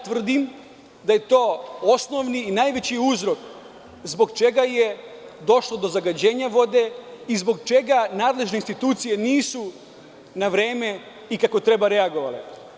Tvrdim da je to osnovni i najveći uzrok zbog čega je došlo do zagađenja vode i zbog čega nadležne institucije nisu na vreme i kako treba reagovale.